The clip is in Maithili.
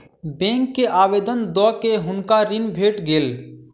बैंक के आवेदन दअ के हुनका ऋण भेट गेल